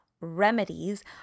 remedies